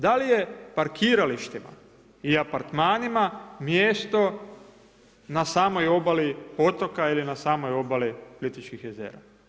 Da li je parkiralištima i apartmanima mjesto na samoj obali otoka ili na samoj obali Plitvičkih jezera?